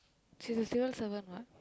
she's a civil servant what